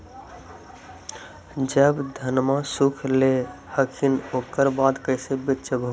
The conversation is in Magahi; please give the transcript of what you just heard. जब धनमा सुख ले हखिन उकर बाद कैसे बेच हो?